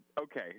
okay